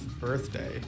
birthday